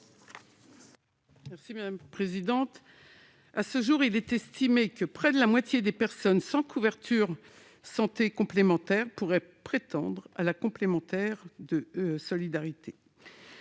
Mme Raymonde Poncet Monge. À ce jour, on estime que près de la moitié des personnes sans couverture santé complémentaire pourraient prétendre à la complémentaire santé solidarité.